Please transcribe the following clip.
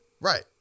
Right